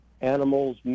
animals